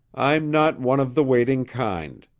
i'm not one of the waiting kind.